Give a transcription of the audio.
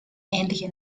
ähnliche